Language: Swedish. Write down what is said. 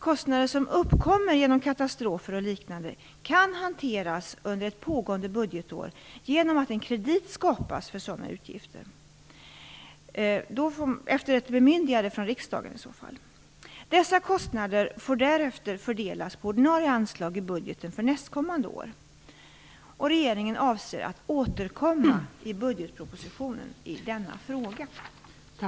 Kostnader som uppkommer genom katastrofer och liknande kan hanteras under ett pågående budgetår genom att en kredit skapas för sådana utgifter efter ett bemyndigande från riksdagen. Dessa kostnader får därefter fördelas på ordinarie anslag i budgeten för nästkommande år. Regeringen avser att återkomma i budgetpropositionen i denna fråga.